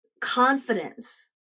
confidence